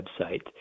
website